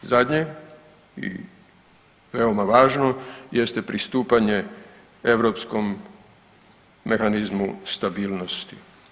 Zadnje i veoma važno jeste pristupanje Europskom mehanizmu stabilnosti.